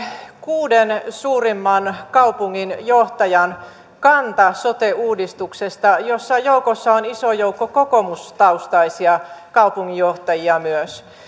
kuuden suurimman kaupunginjohtajan kanta sote uudistuksesta ja siinä joukossa on myös iso joukko kokoomustaustaisia kaupunginjohtajia